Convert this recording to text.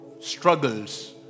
struggles